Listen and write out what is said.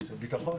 לביטחון.